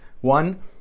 one